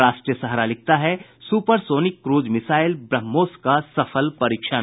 राष्ट्रीय सहारा लिखता है सुपरसोनिक क्रूज मिसाइल ब्रहमोस का सफल परीक्षण